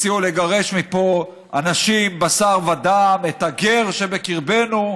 הציעו לגרש מפה אנשים בשר ודם, את הגר שבקרבנו.